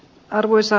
arvoisa